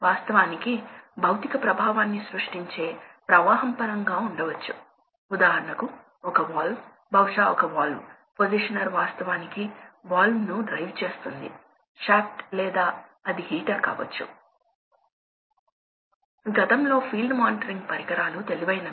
నా ఉద్దేశ్యం ఏమిటంటే కనీసం ఒక వైపు అయినా variable speed drives industrial automation control లో ఎందుకు ముఖ్యమైన టెక్నాలజీ మనము చూడబోతున్నాం